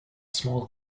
small